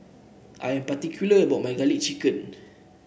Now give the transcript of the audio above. I am particular about my garlic chicken